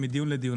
ומדיון לדיון.